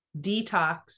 detox